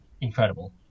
incredible